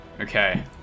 Okay